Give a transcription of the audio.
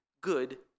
good